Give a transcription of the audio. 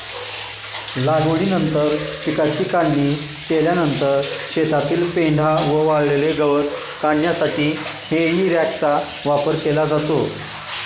लागवडीनंतर पिकाची काढणी केल्यानंतर शेतातील पेंढा व वाळलेले गवत काढण्यासाठी हेई रॅकचा वापर केला जातो